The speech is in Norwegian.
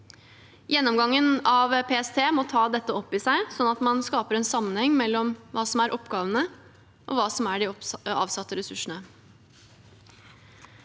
Gjennomgangen av PST må ta dette opp i seg, slik at man skaper en sammenheng mellom hva som er oppgavene, og hva som er de avsatte ressursene.